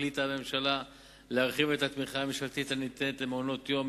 החליטה הממשלה להרחיב את התמיכה הממשלתית הניתנת למעונות-יום,